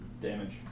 Damage